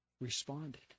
responded